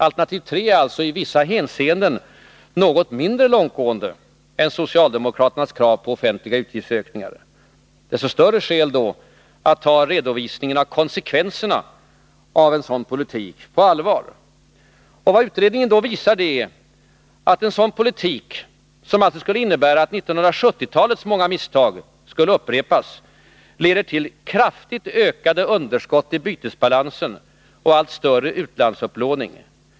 Alternativ III är alltså i vissa hänseenden något mindre långtgående än socialdemokraternas krav på offentliga utgiftsökningar. Desto större skäl är det att ta redovisningen av konsekvenserna av en sådan politik på allvar. Vad utredningen visar är att en sådan politik, som alltså skulle innebära att 1970-talets många misstag skulle upprepas, leder till kraftigt ökade underskott i bytesbalansen och allt större utlandsupplåning.